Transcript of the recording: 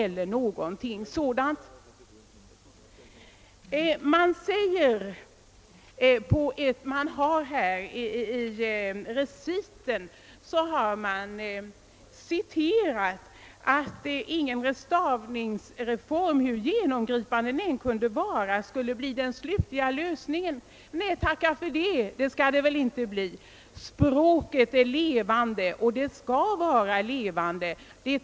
I reciten citeras ett uttalande, att ingen stavningsreform, hur genomgripande den än är, kan innebära den slutliga lösningen. Nej, tacka för det! Språket är och skall vara levande.